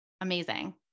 Amazing